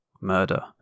murder